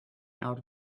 out